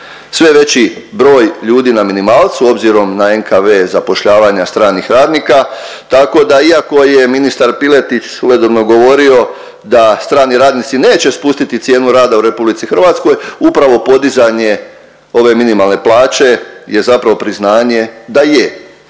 Sve veći broj ljudi na minimalcu obzirom na NKV zapošljavanja stranih radnika tako da iako je ministar Piletić svojedobno govorio da strani radnici neće spustiti cijenu rada u RH, upravo podizanje ove minimalne plaće je zapravo priznanje da je